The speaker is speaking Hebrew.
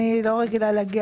אני לא רגילה להגיע